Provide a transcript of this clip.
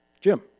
Jim